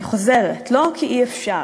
אני חוזרת: לא כי אי-אפשר